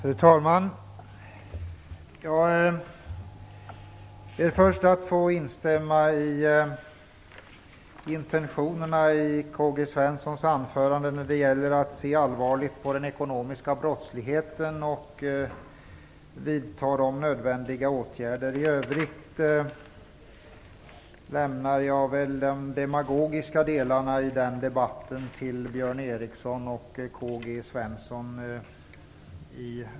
Fru talman! Jag ber först att få instämma i intentionerna i Karl-Gösta Svensons anförande när det gäller att se allvarligt på den ekonomiska brottsligheten och att vidta de nödvändiga åtgärderna. I övrigt lämnar jag den demagogiska delen av debatten till Fru talman!